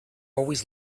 always